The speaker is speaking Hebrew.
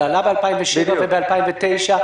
זה עלה ב-2007 וב-2009,